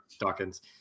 Dawkins